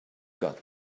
got